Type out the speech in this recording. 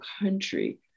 country